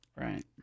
Right